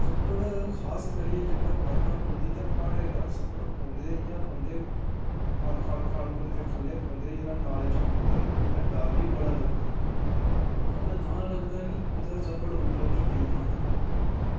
सप्पड़ खासकरियै जिसलै बरखा पौंदी ते प्हाड़ें परा सप्पड़ पौंदे इ'यां पौंदे खड़ खड़ खड़ करदे ख'ल्ले गी पौंदे जिसलै नालें च पौंदे उसलै डर बी बड़ा लगदा डर तां लगदा कि कुदै सप्पड़ उप्पर निं पेई जान